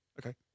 Okay